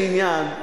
ובסופו של עניין,